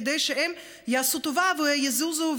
כדי שהן יעשו טובה ויזוזו,